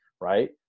right